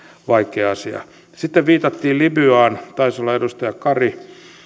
vaikea asia sitten viitattiin libyaan taisi olla edustaja kari